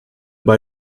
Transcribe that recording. bei